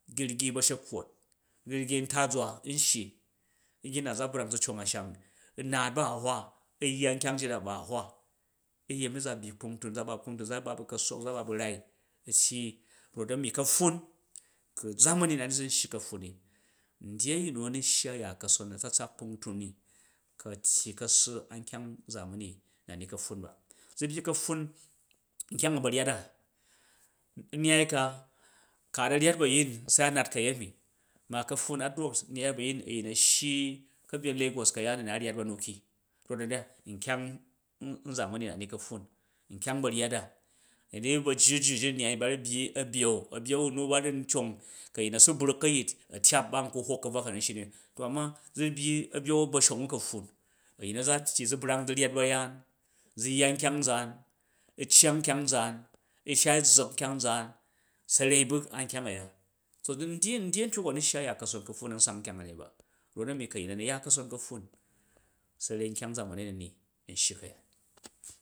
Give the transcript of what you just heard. Girgi ba̱shekkwot, girgi ntazwa n shyi nyyi na za brang zu cong a̱nsham i u naat bu a̱hwa, u yya nkyang njit bu̱ a̱hwa uyemi za byyi kpungtun, uza ba be ka̱ssok uza ba bu rai, u tyyi, rot a̱mi ka̱pffun, ku zamani na ni zun shyi ka̱pffun ni, ndyi a̱yin nu a̱nu shyaya ka̱son, a̱tsatsak kpungtun ni, ku a̱tyyi kassa an kyang zamani ka̱pffun ba, zu̱ byyi ka̱pffun nkyang wa ba̱ryat da nnyai ka, ka nu ryyat bu̱ ayin se a nat ka̱yemi, ma ka̱pffun a drok u ryyat bu̱ a̱yin, a̱yin a shyi ka̱byen lagos ka̱yeni ni a̱ ryyat ba nu ki rot anza, nkyang zamani na ni ka̱pffun nkyang ba̱ryyat da, dani ba̱jju jju ji nnyai ba̱ ru byyi a̱byou, a̱bou u nu ba ru ncong, ku a̱uom, a̱nyou u nu ba ru ncong, ku a̱yin a̱ su bruk ka̱yit a̱ tyap ba nku hwok ka̱bvwa ka nam shyi ni, to ama zu byyi a̱byou ba̱shong u ka̱pffun, anyi nu a za tyyi zu brang zu ryyat bu̱ ba̱yaan, u yya nkyang nzaar u̱ cyang nkyang nzaan, u̱ shai zzak nkyang nzaan, sarai bu̱ ankyang a ya, so za, n dyyi a̱ntyok u a nu shya ya ka̱son ka̱pffun an sang nkyang a̱ya ni ba rot ami ku a̱yin a̱ nu ya ka̱jon ka̱pffu sarai nkyang zamani na ni n shyi ka̱yat